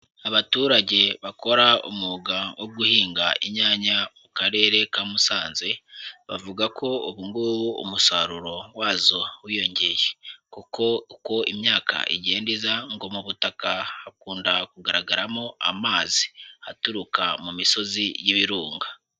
Abaturage bakora umwuga wo guhinga inyanya mu karere ka Musanze, bavuga ko ubu ngubu umusaruro wazo wiyongeye kuko uko imyaka igenda iza ngo mu butaka hakunda kugaragaramo amazi, aturuka mu misozi y'ibirunga.